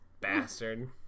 Bastard